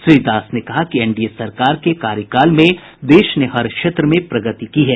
श्री दास ने कहा कि एनडीए सरकार के कार्यकाल में देश ने हर क्षेत्र में प्रगति की है